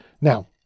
Now